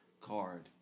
card